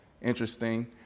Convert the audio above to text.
interesting